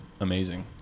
amazing